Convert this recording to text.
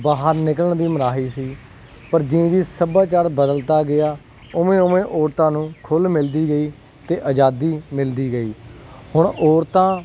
ਬਾਹਰ ਨਿਕਲਣ ਦੀ ਮਨਾਹੀ ਸੀ ਪਰ ਜਿਉਂ ਜਿਉਂ ਸੱਭਿਆਚਾਰ ਬਦਲਦਾ ਗਿਆ ਉਵੇਂ ਉਵੇਂ ਔਰਤਾਂ ਨੂੰ ਖੁੱਲ ਮਿਲਦੀ ਗਈ ਅਤੇ ਆਜ਼ਾਦੀ ਮਿਲਦੀ ਗਈ ਹੁਣ ਔਰਤਾਂ